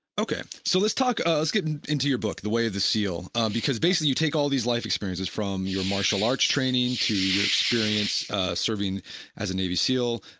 okay, so let's talk. let's get and into your book the way of the seal because basically you take all these life experiences from your martial arts training through your experience serving as a navy seal,